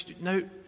no